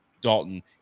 Dalton